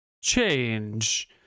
change